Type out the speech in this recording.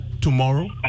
tomorrow